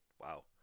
Wow